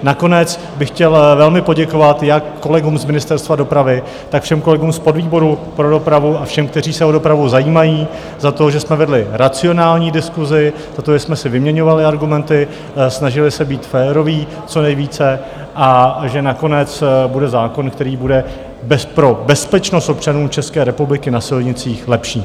Nakonec bych chtěl velmi poděkovat jak kolegům z Ministerstva dopravy, tak všem kolegům z podvýboru pro dopravu a všem, kteří se o dopravu zajímají, za to, že jsme vedli racionální diskusi, za to, že jsme si vyměňovali argumenty, snažili se být co nejvíce féroví a že nakonec bude zákon, který bude pro bezpečnost občanů České republiky na silnicích lepší.